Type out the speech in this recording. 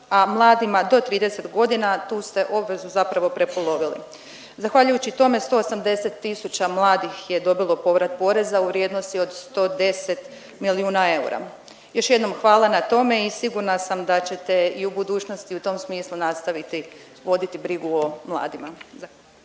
a mladima do 30 godina tu ste obvezu zapravo prepolovili. Zahvaljujući tome 180 tisuća mladih je dobilo povrat poreza u vrijednosti od 110 milijuna eura. Još jednom hvala na tome i sigurna sam da ćete i u budućnosti i u tom smislu nastaviti voditi brigu o mladima.